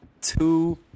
two